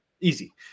Easy